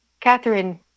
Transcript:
Catherine